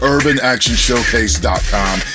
UrbanActionShowcase.com